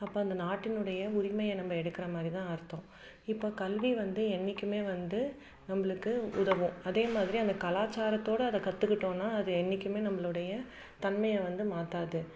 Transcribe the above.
அப்போ அந்த நாட்டினுடைய உரிமையை நம்ம எடுக்கிற மாதிரி தான் அர்த்தம் இப்போ கல்வி வந்து என்றைக்குமே வந்து நம்மளுக்கு உதவும் அதே மாதிரி அந்த கலாச்சாரத்தோடய அதை கற்றுக்கிட்டோன்னா அது என்றைக்குமே நம்மளுடைய தன்மையை வந்து மாற்றாது